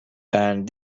and